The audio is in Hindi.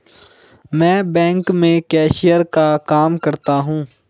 मैं बैंक में कैशियर का काम करता हूं